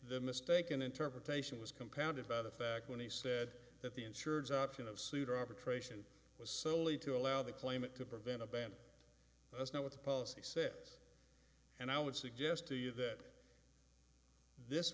the mistaken interpretation was compounded by the fact when he said that the insureds option of pseudo arbitration was solely to allow the claimant to prevent a band that's not what the policy says and i would suggest to you that this